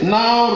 now